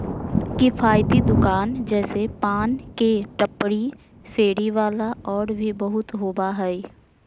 किफ़ायती दुकान जैसे पान के टपरी, फेरी वाला और भी बहुत होबा हइ